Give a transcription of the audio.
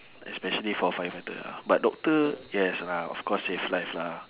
especially for a firefighter ah but doctor yes lah of course save life lah